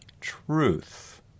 truth